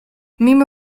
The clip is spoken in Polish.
mimo